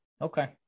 Okay